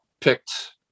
picked